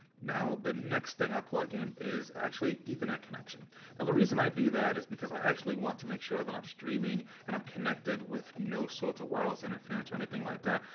now the next thing i plug in, is actually ethernet connection. and the reason i do that, is because i actually want to make sure that i'm streaming and i'm connected with no sort of wireless interference or anything like that.